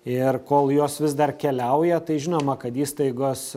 ir kol jos vis dar keliauja tai žinoma kad įstaigos